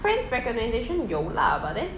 as in friend's recommendation 有 lah but then